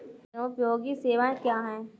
जनोपयोगी सेवाएँ क्या हैं?